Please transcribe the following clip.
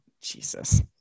Jesus